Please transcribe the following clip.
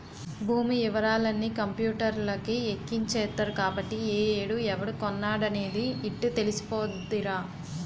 భూమి యివరాలన్నీ కంపూటర్లకి ఎక్కించేత్తరు కాబట్టి ఏ ఏడు ఎవడు కొన్నాడనేది యిట్టే తెలిసిపోద్దిరా